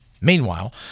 Meanwhile